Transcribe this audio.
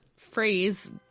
phrase